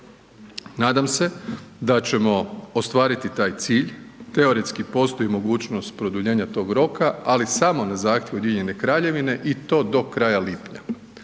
Nadam se da ćemo ostvariti taj cilj, teoretski postoji mogućnost produljenja tog roka, ali samo na zahtjev Ujedinjene Kraljevine i to do kraja lipnja.